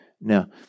Now